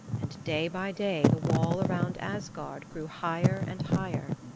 and day by day the wall around asgard grew higher and higher.